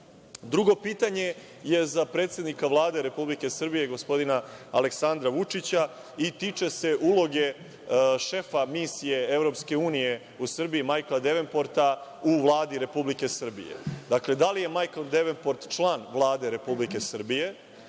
dalje. Drugo pitanje, je za predsednika Vlade Republike Srbije, gospodina Aleksandra Vučića i tiče se uloge šefa misije EU u Srbiji Majkla Devenporta u Vladi Republike Srbije. Dakle, da li je Majkl Devenport član Vlade Republike Srbije,